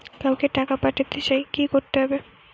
কাউকে টাকা পাঠাতে চাই কি করতে হবে?